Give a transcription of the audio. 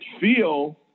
feel